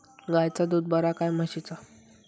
गायचा दूध बरा काय म्हशीचा?